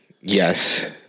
Yes